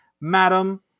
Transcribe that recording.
madam